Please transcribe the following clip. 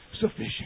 sufficient